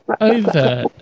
over